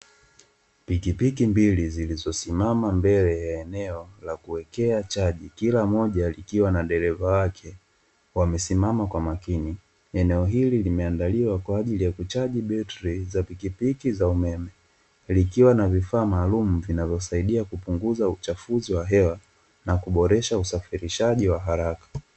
Pikipiki mbili zilizosimama mbele ya eneo la kuwekea chaji kila moja, likiwa na dereva wake, wamesimama kwa makini. Eneo hili limeandaliwa kwa ajili ya kuchaji betri za pikipiki za umeme, likiwa na vifaa maalumu vinavyosaidia kupunga uchafuzi wa hewa na kuboresha usafirishaji wa haraka.